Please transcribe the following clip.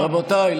רבותיי,